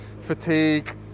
fatigue